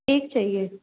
एक चाहिए